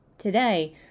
Today